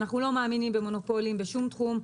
אנחנו לא מאמינים במונופולים בשום תחום,